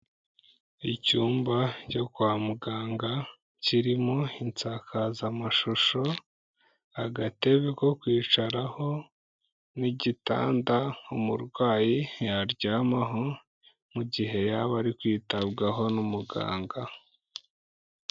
Icyumba cyo kwa muganga kirimo insakazamashusho, agatebe ko kwicaraho n'igitanda umurwayi yaryamaho mu gihe yaba ari kwitabwaho n'umuganga.